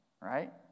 right